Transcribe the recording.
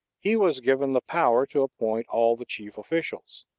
he was given the power to appoint all the chief officials.